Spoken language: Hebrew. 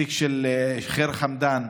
התיק של ח'יר חמדאן,